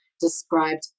described